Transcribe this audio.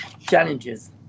challenges